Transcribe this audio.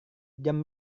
jam